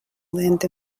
land